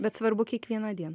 bet svarbu kiekvieną dieną